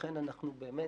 ולכן אנחנו באמת,